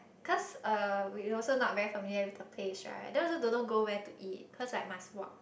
cause uh we also not very familiar with the place right then we also don't know go where to eat cause like must walk